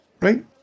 right